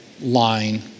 line